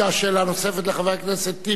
שאלה נוספת לחבר הכנסת טיבי,